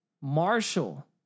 Marshall